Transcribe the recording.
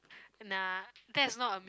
nah that's not a